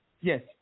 Yes